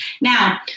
Now